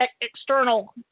external